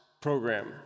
program